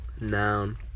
Noun